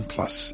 Plus